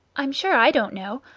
i'm sure i don't know.